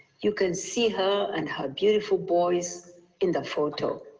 you can see her and her beautiful boys in the photo.